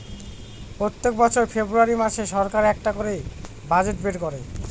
প্রত্যেক বছর ফেব্রুয়ারী মাসে সরকার একটা করে বাজেট বের করে